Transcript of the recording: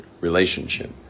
relationship